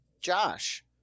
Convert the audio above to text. josh